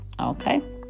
Okay